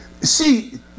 see